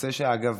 אגב,